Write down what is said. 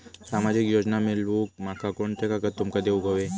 सामाजिक योजना मिलवूक माका कोनते कागद तुमका देऊक व्हये?